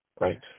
right